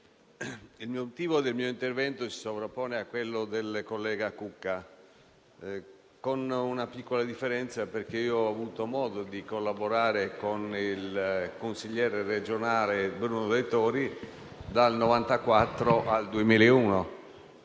il mio intervento si muove in continuità con quello del collega Cucca, con una piccola differenza, perché io ho avuto modo di collaborare con il consigliere regionale Bruno Dettori dal 1994 al 2001: